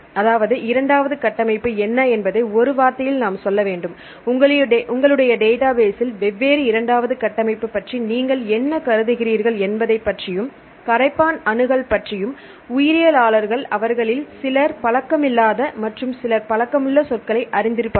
அதாவது இரண்டாவது கட்டமைப்பு என்ன என்பதை ஒரு வார்த்தையில் நாம் சொல்ல வேண்டும் உங்களுடைய டேட்டாபேஸில் வெவ்வேறு இரண்டாவது கட்டமைப்பை பற்றி நீங்கள் என்ன கருதுகிறீர்கள் என்பதைப்பற்றி யும் கரைப்பான் அணுகள் பற்றியும் உயிரியலாளர்கள் அவர்களில் சிலர் பழக்கமில்லாத மற்றும் சிலர் பழக்கமுள்ள சொற்களை அறிந்திருப்பார்கள்